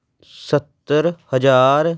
ਸੱਤਰ ਹਜ਼ਾਰ